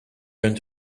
going